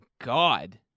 God